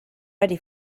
ready